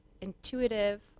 intuitive